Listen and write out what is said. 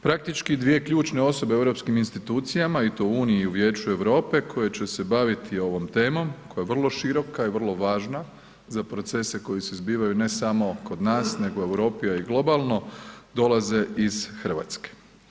Praktički dvije ključne osobe u europskim institucijama i to u Uniji i u Vijeću Europe koje će se baviti ovom temom koja je vrlo široka i vrlo važna za procese koji se zbivaju ne samo kod nas nego i u Europi a i globalno dolaze iz Hrvatske.